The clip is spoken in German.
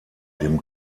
dem